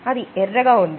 అది ఎర్రగా ఉంది